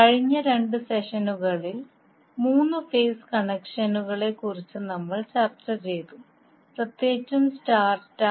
കഴിഞ്ഞ രണ്ട് സെഷനുകളിൽ മൂന്ന് ഫേസ് കണക്ഷനുകളെക്കുറിച്ച് നമ്മൾ ചർച്ച ചെയ്തു പ്രത്യേകിച്ചും സ്റ്റാർ സ്റ്റാർ